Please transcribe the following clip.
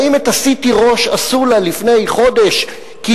האם את ה-CT ראש עשו לה לפני חודש כי